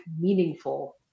meaningful